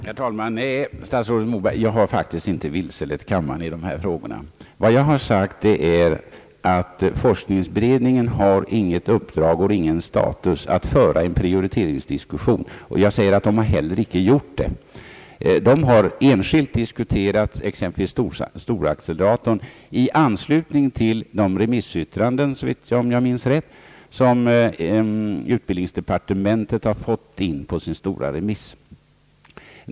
Herr talman! Nej, statsrådet Moberg, jag har faktiskt inte vilselett kammaren i dessa frågor. Vad jag har sagt är att forskningsberedningen inte har något uppdrag och inte någon status att föra en prioriteringsdiskussion och att den inte heller har gjort det. Den har enskilt diskuterat exempelvis storacceleratorn i anslutning till de remissyttranden som, om jag minns rätt, utbildningsdepartementet har fått in vid sin stora remiss.